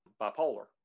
bipolar